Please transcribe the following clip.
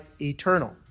eternal